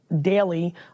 daily